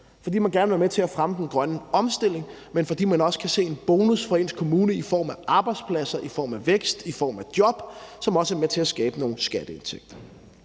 fordi man vil gerne være med til at fremme den grønne omstilling, men også fordi man kan se en bonus for ens kommune i form af arbejdspladser, i form af vækst, i form af job, som også er med til at skabe nogle skatteindtægter.